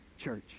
church